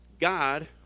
God